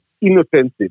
inoffensive